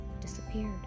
disappeared